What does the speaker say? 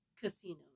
casinos